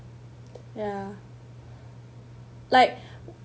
ya like